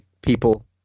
people